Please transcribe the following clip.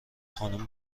خانم